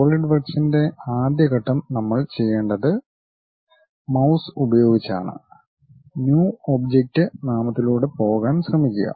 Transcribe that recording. solid വർക്ക്സിന്റെ ആദ്യ ഘട്ടം നമ്മൾ ചെയ്യേണ്ടത് മൌസ് ഉപയോഗിച്ചാണ് ന്യു എന്ന ഒബ്ജക്റ്റ് നാമത്തിലൂടെ പോകാൻ ശ്രമിക്കുക